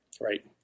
Right